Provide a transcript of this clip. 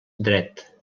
dret